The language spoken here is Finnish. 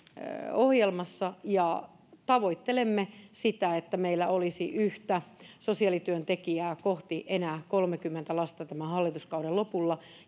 ohjelmassa ja tavoittelemme sitä että meillä olisi yhtä sosiaalityöntekijää kohti enää kolmekymmentä lasta tämän hallituskauden lopulla